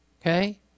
okay